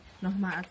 nochmal